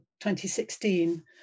2016